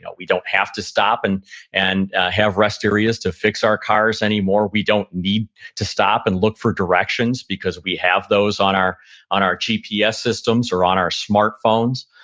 we don't have to stop and and have rest areas to fix our cars anymore. we don't need to stop and look for directions, because we have those on our on our gps systems or on our smartphones.